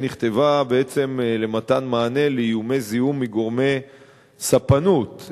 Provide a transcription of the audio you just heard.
נכתבה בעצם למתן מענה לאיומי זיהום מגורמי ספנות,